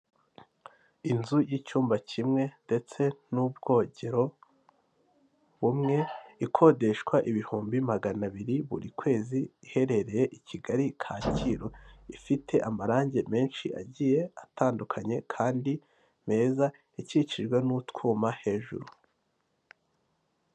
Ikinyabiziga k'ibinyamitende kikoreye kigaragara cyakorewe mu Rwanda n'abagabo batambuka muri iyo kaburimbo n'imodoka nyinshi ziparitse zitegereje abagenzi.